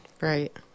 Right